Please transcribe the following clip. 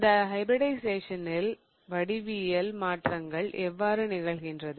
இந்த sp ஹைபிரிடிஷயேசனில் வடிவியல் மாற்றங்கள் எவ்வாறு நிகழ்கின்றது